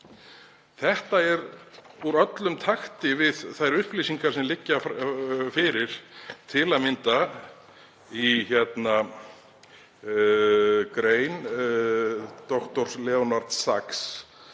Það er úr öllum takti við þær upplýsingar sem liggja fyrir, til að mynda í grein dr. Leonards Sax